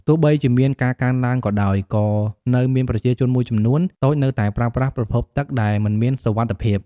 ទោះបីជាមានការកើនឡើងក៏ដោយ ក៏នៅមានប្រជាជនមួយចំនួនតូចនៅតែប្រើប្រាស់ប្រភពទឹកដែលមិនមានសុវត្ថិភាព។